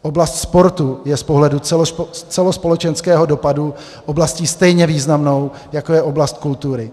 Oblast sportu je z pohledu celospolečenského dopadu oblastí stejně významnou, jako je oblast kultury.